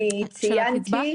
אני ציינתי.